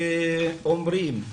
שאומרים,